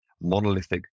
monolithic